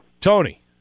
Tony